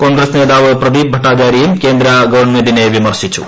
കോൺഗ്രസ് നേതാവ് പ്രദ്രീപ് ഭട്ടാചാര്യയും കേന്ദ്ര ഗവൺമെന്റിനെ വിമർശിച്ചു